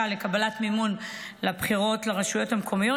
לקבלת מימון לבחירות לרשויות המקומיות.